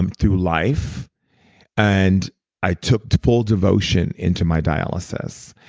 um through life and i took full devotion into my dialysis.